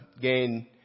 gain